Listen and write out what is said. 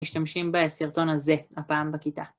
משתמשים בסרטון הזה הפעם בכיתה.